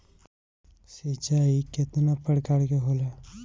सिंचाई केतना प्रकार के होला?